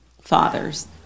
fathers